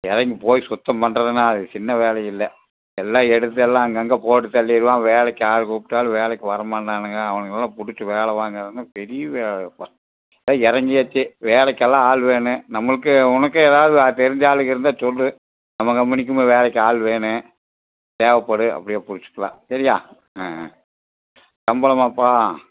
இறங்கி போய் சுத்தம் பண்ணுறதுன்னா அது சின்ன வேலையில்லை எல்லாம் எடுத்து எல்லாம் அங்கங்கே போட்டு தள்ளிடுவான் வேலைக்கு ஆள் கூப்பிட்டாலும் வேலைக்கு வரமாட்டானுங்க அவனுங்களெலாம் புடிச்சு வேல வாங்குறதுன்னால் பெரிய வேலையப்பா ஏதோ இறங்கியாச்சி வேலைக்கெல்லாம் ஆள் வேணும் நம்மளுக்கும் உனக்கும் எதாவது ஆ தெரிஞ்ச ஆளுகள் இருந்தால் சொல்லு நம்ம கம்பெனிக்கும் இப்போ வேலைக்கு ஆள் வேணும் தேவைப்படும் அப்படியே பிடிச்சிக்கலாம் சரியா ஆ ஆ சம்பளமாப்பா